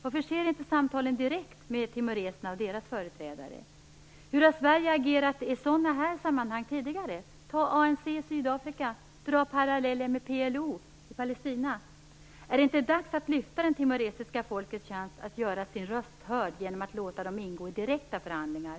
Varför sker inte samtalen direkt med timoreserna och deras företrädare? Hur har Sverige agerat i sådana här sammanhang tidigare? Ta exemplet med ANC i Sydafrika! Dra paralleller med PLO i Palestina! Är det inte dags att ge det timoresiska folkets chans att göra sin röst hörd genom att låta dem delta i direkta förhandlingar?